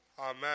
Amen